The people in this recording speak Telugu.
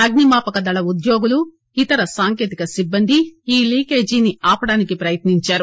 అగ్ని మాపక దళ ఉద్యోగులు ఇతర సాంకేతిక సిబ్బంది ఈ లీకేజీని ఆపడానికి ప్రయత్నించారు